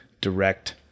direct